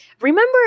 Remember